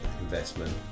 investment